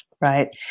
right